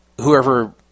whoever